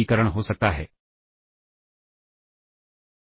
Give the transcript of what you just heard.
हैं